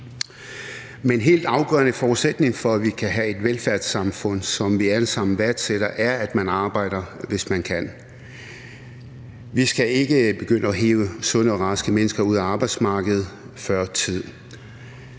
en helt afgørende forudsætning for, at vi kan have et velfærdssamfund, som vi alle sammen værdsætter, er, at man arbejder, hvis man kan. Vi skal ikke begynde at hive sunde og raske mennesker ud af arbejdsmarkedet før tid.